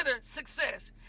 success